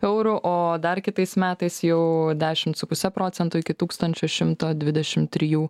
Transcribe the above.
eurų o dar kitais metais jau dešimt su puse procentų iki tūkstančio šimto dvidešimt trijų